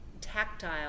Tactile